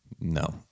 No